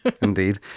indeed